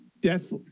death